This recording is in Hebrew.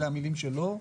זה המילים שלו,